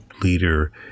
leader